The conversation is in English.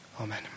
amen